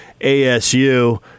ASU